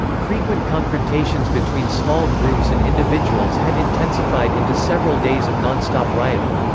frequent confrontations between small groups and individuals had intensified into several days of non-stop rioting.